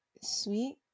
sweet